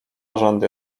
rzędy